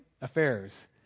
affairs